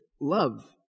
love